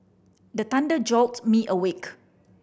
the thunder jolt me awake